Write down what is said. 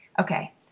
okay